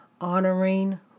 honoring